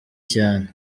cyane